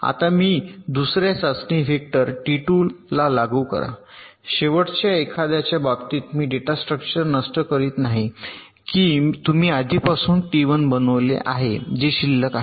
आता मी दुसर्या चाचणी वेक्टर टी 2 ला लागू करा शेवटच्या एखाद्याच्या बाबतीत मी डेटा स्ट्रक्चर नष्ट करीत नाही की तुम्ही आधीपासून टी 1 बनवलेले आहे जे शिल्लक आहे